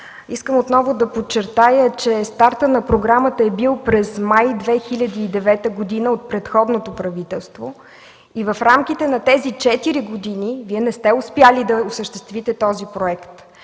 Искам отново да подчертая, че стартът на програмата е бил през май 2009 г. от предходното правителство и в рамките на тези 4 години Вие не сте успели да осъществите този проект.